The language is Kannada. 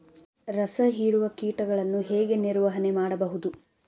ರಸ ಹೀರುವ ಕೀಟಗಳನ್ನು ಹೇಗೆ ನಿರ್ವಹಣೆ ಮಾಡಬಹುದು?